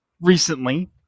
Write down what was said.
recently